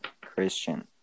Christian